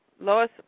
Lois